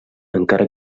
encara